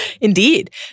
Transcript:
Indeed